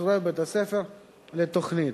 יצורף בית-הספר לתוכנית.